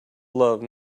love